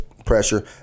pressure